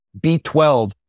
B12